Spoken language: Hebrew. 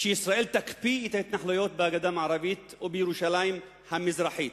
שישראל תקפיא את ההתנחלויות בגדה המערבית או בירושלים המזרחית,